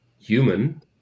human